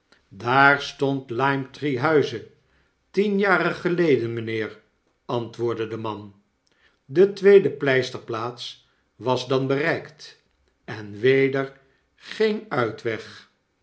daar stond limetree-huize tienjarengeleden mijnheer antwoordde de man de tweede pleisterplaats was dan bereikt en weder geen uitweg